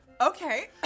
Okay